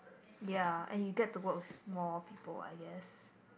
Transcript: ya and you get to work with more people I guess